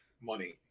money